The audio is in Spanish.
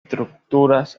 estructuras